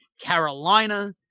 Carolina